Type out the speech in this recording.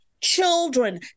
children